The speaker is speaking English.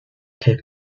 coping